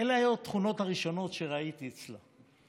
אלה היו התכונות הראשונות שראיתי אצלה.